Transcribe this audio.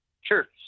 Sure